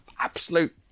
absolute